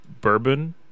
Bourbon